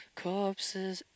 corpse's